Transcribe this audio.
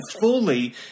fully